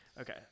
Okay